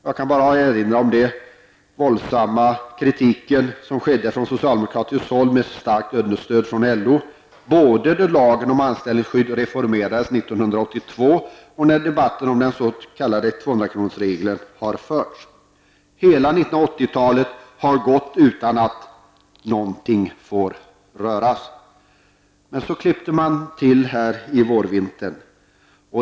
Jag kan bara erinra om den våldsamma kritiken från socialdemokratiskt håll, med starkt understöd från LO, både då lagen om anställningsskydd reformerades 1982 och när debatten har förts om den s.k. 200-kronorsregeln. Hela 1980-talet har gått utan att ''någonting fick röras''. Men så klippte man till i våras.